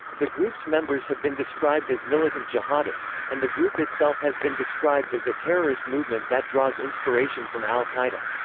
the group's members have been described as militant jihadists, and the group itself has been described as a terrorist movement that draws inspiration from al-qaeda.